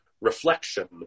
reflection